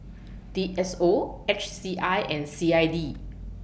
D S O H C I and C I D